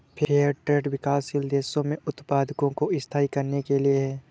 fair trade विकासशील देशों में उत्पादकों को स्थायी करने के लिए है